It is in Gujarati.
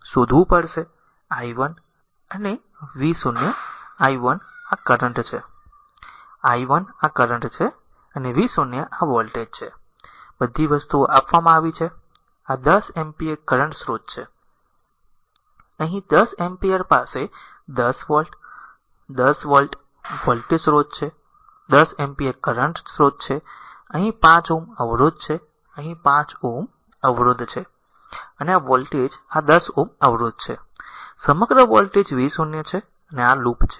શોધવું પડશે i 1 અને v0 i 1 આ કરંટ છે i 1 આ કરંટ છે અને v0 આ વોલ્ટેજ છે બધી વસ્તુઓ આપવામાં આવી છે આ 10 એમ્પીયર કરંટ સ્રોત છે અહીં 10 એમ્પીયર પાસે 10 વોલ્ટ 10 વોલ્ટ વોલ્ટેજ સ્રોત છે 10 એમ્પીયર કરંટ સ્રોત છે અહીં 5 Ω અવરોધ છે અહીં 5 Ω અવરોધ છે અને આ વોલ્ટેજ આ 10 Ω અવરોધ છે સમગ્ર વોલ્ટેજ v0 છે આ લૂપ છે